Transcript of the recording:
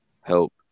help